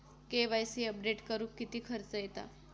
KYC update करुक किती खर्च येता?